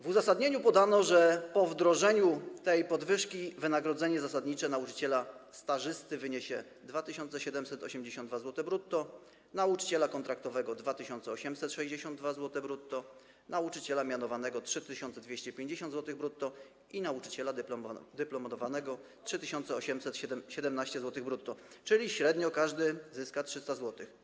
W uzasadnieniu podano, że po wdrożeniu tej podwyżki wynagrodzenie zasadnicze nauczyciela stażysty wyniesie 2782 zł brutto, nauczyciela kontraktowego - 2862 zł brutto, nauczyciela mianowanego - 3250 zł brutto i nauczyciela dyplomowanego - 3817 zł brutto, czyli średnio każdy zyska 300 zł.